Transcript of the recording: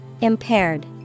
Impaired